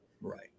right